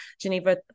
Geneva